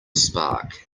spark